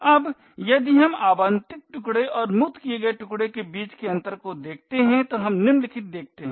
अब यदि हम आवंटित टुकडे और मुक्त किए गए टुकडे के बीच अंतर को देखते हैं तो हम निम्नलिखित देखते हैं